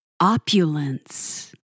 opulence